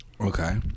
Okay